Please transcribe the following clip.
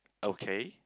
okay